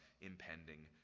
impending